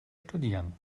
studieren